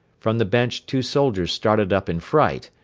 from the bench two soldiers started up in fright.